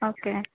okay